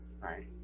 Right